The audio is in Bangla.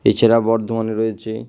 এছাড়া বর্ধমানে রয়েছে